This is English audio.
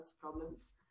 problems